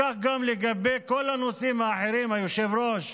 כך גם לגבי כל הנושאים האחרים, היושב-ראש.